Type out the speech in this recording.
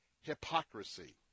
hypocrisy